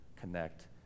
connect